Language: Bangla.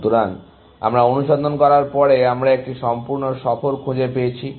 সুতরাং আমরা অনুসন্ধান করার পরে আমরা একটি সম্পূর্ণ সফর খুঁজে পেয়েছি